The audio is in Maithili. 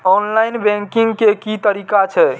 ऑनलाईन बैंकिंग के की तरीका छै?